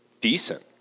decent